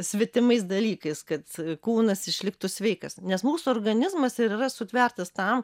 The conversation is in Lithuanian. svetimais dalykais kad kūnas išliktų sveikas nes mūsų organizmas ir yra sutvertas tam